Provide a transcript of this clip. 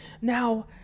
Now